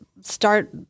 start